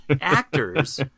actors